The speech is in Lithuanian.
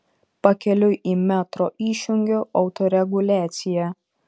pakeliui į metro išjungiu autoreguliaciją